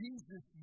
Jesus